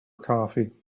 coffee